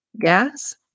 Gas